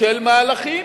של מהלכים,